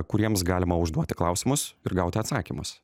kuriems galima užduoti klausimus ir gauti atsakymus